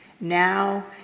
now